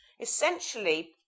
essentially